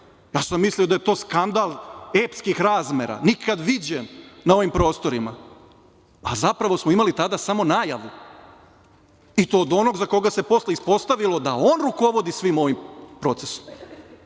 ja sam mislio da je to skandal epskih razmera, nikad viđen na ovim prostorima, a zapravo smo imali tada samo najavu i to od onog za koga se posle ispostavilo da on rukovodi svim ovim procesom.